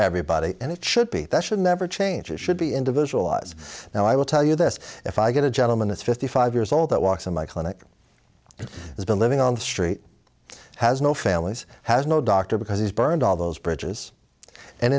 everybody and it should be that should never change it should be individualized now i will tell you this if i get a gentleman it's fifty five years old that walks in my clinic has been living on the street has no families has no doctor because he's burned all those bridges and